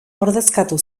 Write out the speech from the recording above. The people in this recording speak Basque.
ordezkatu